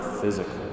physically